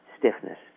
stiffness